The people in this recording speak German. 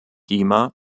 lima